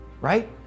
right